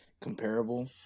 Comparable